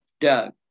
Doug